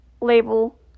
label